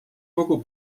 kogu